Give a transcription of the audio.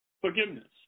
forgiveness